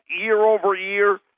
year-over-year